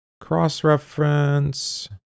cross-reference